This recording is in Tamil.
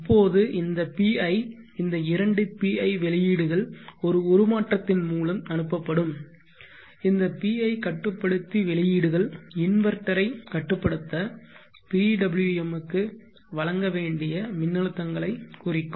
இப்போது இந்த PI இந்த இரண்டு PI வெளியீடுகள் ஒரு உருமாற்றத்தின் மூலம் அனுப்பப்படும் இந்த PI கட்டுப்படுத்தி வெளியீடுகள் இன்வெர்ட்டரைக் கட்டுப்படுத்த PWM க்கு வழங்க வேண்டிய மின்னழுத்தங்களைக் குறிக்கும்